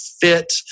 fit